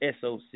SOC